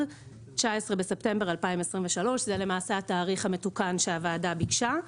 (19 בספטמבר 2023); זה התאריך המתוקן שהוועדה ביקשה,